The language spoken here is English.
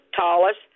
tallest